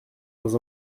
dans